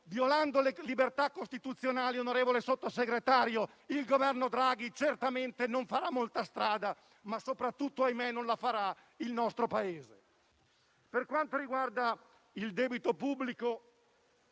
violando le libertà costituzionali, onorevole Sottosegretario, il Governo Draghi certamente non farà molta strada, ma soprattutto - ahimè - non ne farà il nostro Paese. Per quanto riguarda il debito pubblico,